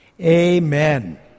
Amen